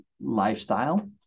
lifestyle